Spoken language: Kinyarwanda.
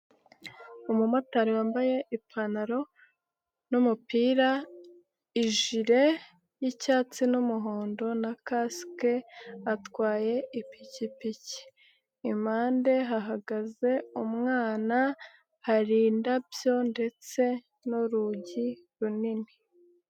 Umumotari wambaye ipantaro n'umupira, ijile y'icyatsi n'umuhondo na kaske atwaye ipikipiki, impande hahagaze umwana, hari indabyo ndetse n'urugi runini.